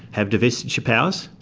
have divestiture powers.